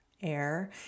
air